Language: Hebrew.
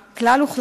3. מה הוא מצב